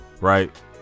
right